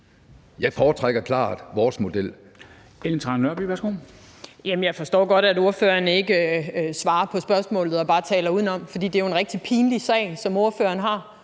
Ellen Trane Nørby (V): Jamen jeg forstår godt, at ordføreren ikke svarer på spørgsmålet og bare taler udenom, for det jo er en rigtig pinlig sag, som ordføreren har.